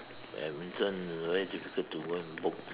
badminton is a very difficult to go and book